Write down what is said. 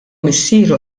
missieru